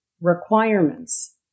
requirements